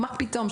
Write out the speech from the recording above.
מה פתאום,